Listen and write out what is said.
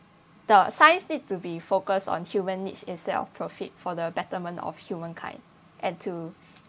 the science needs to be focused on human needs instead of profit for the betterment of humankind and to